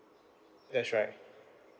that's right